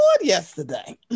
yesterday